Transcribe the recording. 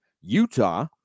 Utah